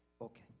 okay